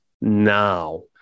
now